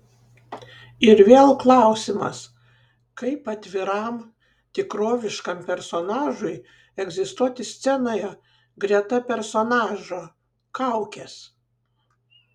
ir vėl klausimas kaip atviram tikroviškam personažui egzistuoti scenoje greta personažo kaukės